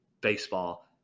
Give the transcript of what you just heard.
baseball